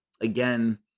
again